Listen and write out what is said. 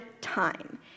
time